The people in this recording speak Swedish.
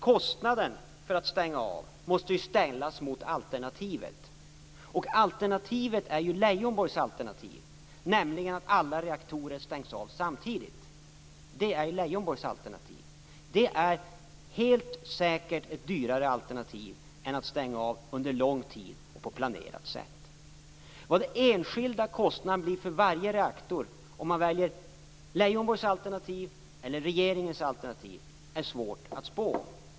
Kostnaden för att stänga av måste ställas mot alternativet, dvs. Leijonborgs alternativ, nämligen att alla reaktorer stängs av samtidigt. Det är helt säkert ett dyrare alternativ än att stänga av under lång tid och på planerat sätt. Vilken den enskilda kostnaden blir för varje reaktor om man väljer Leijonborgs alternativ eller regeringens alternativ är svårt att spå om.